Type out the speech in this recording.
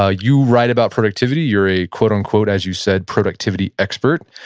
ah you write about productivity. you're a quote unquote, as you said, productivity expert.